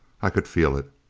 i could feel it,